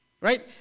right